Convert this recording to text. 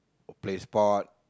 or play sport